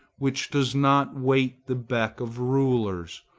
which does not wait the beck of rulers,